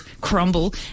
crumble